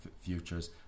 futures